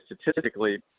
statistically